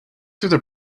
through